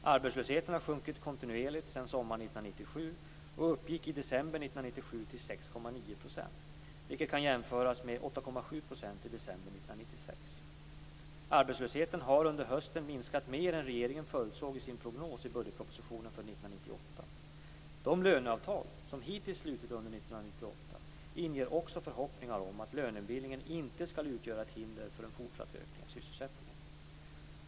Arbetslösheten har sjunkit kontinuerligt sedan sommaren 1997 och uppgick i december 1997 till 6,9 %, vilket kan jämföras med 8,7 % i december 1996. Arbetslösheten har under hösten minskat mer än regeringen förutsåg i sin prognos i budgetpropositionen för 1998. De löneavtal som hittills slutits under 1998 inger också förhoppningar om att lönebildningen inte skall utgöra ett hinder för en fortsatt ökning av sysselsättningen.